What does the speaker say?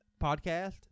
podcast